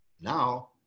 Now